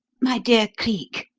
my dear cleek,